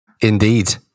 Indeed